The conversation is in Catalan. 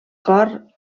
cor